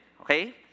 okay